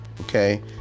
Okay